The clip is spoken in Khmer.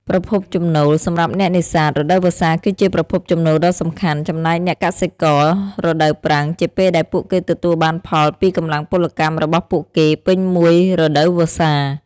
ប្រភពចំណូល សម្រាប់អ្នកនេសាទ រដូវវស្សាគឺជាប្រភពចំណូលដ៏សំខាន់ ចំណែកអ្នកកសិករ រដូវប្រាំងជាពេលដែលពួកគេទទួលបានផលពីកម្លាំងពលកម្មរបស់ពួកគេពេញមួយរដូវវស្សា។